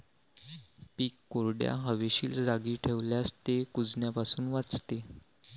पीक कोरड्या, हवेशीर जागी ठेवल्यास ते कुजण्यापासून वाचते